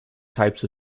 types